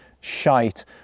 shite